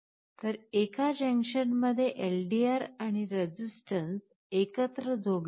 तर एका जंक्शनमध्ये एलडीआर आणि रेझिस्टन्स एकत्र जोडलेले आहेत